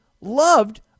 loved